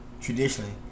Traditionally